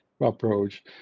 approach